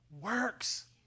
works